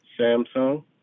Samsung